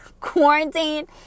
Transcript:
quarantine